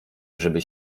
żeby